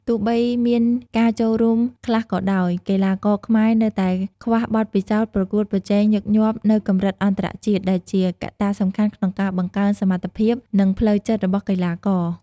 ទោះបីមានការចូលរួមខ្លះក៏ដោយ កីឡាករខ្មែរនៅតែខ្វះបទពិសោធន៍ប្រកួតប្រជែងញឹកញាប់នៅកម្រិតអន្តរជាតិ ដែលជាកត្តាសំខាន់ក្នុងការបង្កើនសមត្ថភាព និងផ្លូវចិត្តរបស់កីឡាករ ។